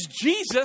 Jesus